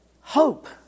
hope